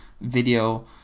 video